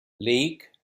lake